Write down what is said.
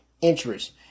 interest